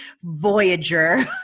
voyager